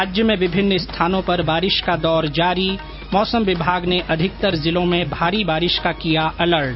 राज्य में विभिन्न स्थानों पर बारिश का दौर जारी मौसम विभाग ने अधिकतर जिलों में भारी बारिश का किया अलर्ट